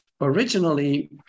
originally